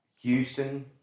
Houston